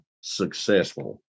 successful